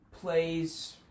plays